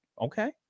okay